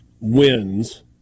wins